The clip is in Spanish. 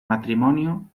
matrimonio